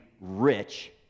rich